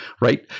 right